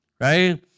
right